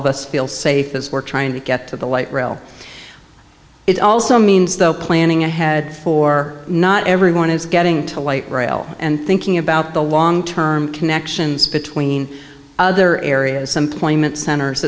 of us feel safe as we're trying to get to the light rail it also means though planning ahead or not everyone is getting to light rail and thinking about the long term connections between other areas some point center